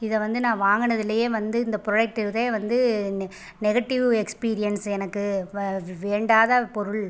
இதை வந்து நான் வாங்கினதுலயே வந்து இந்த ப்ரொடக்ட்ருதே வந்து நெகட்டிவ் எக்ஸ்பீரீயன்ஸ் எனக்கு வேண்டாத பொருள்